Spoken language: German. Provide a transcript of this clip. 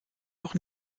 doch